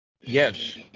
Yes